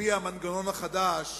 על-פי המנגנון החדש,